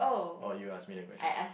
or you ask me the question